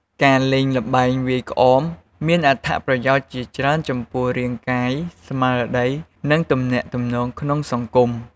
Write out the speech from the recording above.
ការលេងល្បែងវាយក្អមមានអត្ថប្រយោជន៍ជាច្រើនចំពោះរាងកាយ ស្មារតី និងទំនាក់ទំនងក្នុងសង្គម។